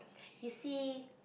you see